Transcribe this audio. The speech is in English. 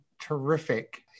terrific